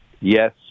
Yes